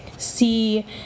see